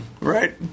Right